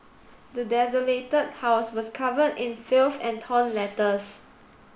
the desolated house was covered in filth and torn letters